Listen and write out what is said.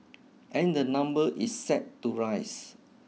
and the number is set to rise